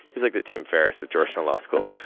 he was like, the tim ferriss of georgetown law school,